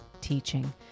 teaching